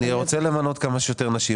אני רוצה למנות כמה שיותר נשים.